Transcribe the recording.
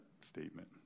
statement